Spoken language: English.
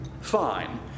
Fine